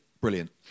brilliant